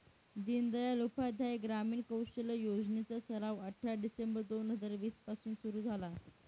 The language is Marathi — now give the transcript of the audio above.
दीनदयाल उपाध्याय ग्रामीण कौशल्य योजने चा सराव अठरा डिसेंबर दोन हजार वीस पासून सुरू झाला